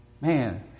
Man